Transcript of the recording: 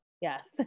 yes